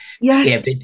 Yes